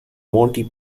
monty